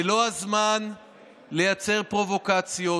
זה לא הזמן לייצר פרובוקציות,